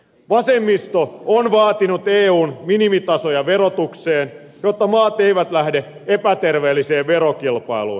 vasemmisto on vaatinut eun minimitasoja verotukseen jotta maat eivät lähde epäterveelliseen verokilpailuun